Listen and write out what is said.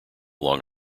long